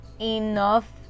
enough